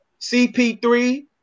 CP3